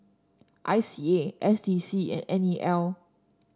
I C A S D C and N E L